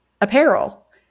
apparel